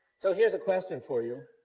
so, here's a question for you.